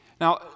now